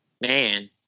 man